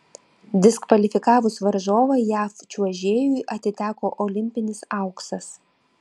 diskvalifikavus varžovą jav čiuožėjui atiteko olimpinis auksas